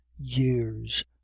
years